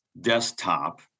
desktop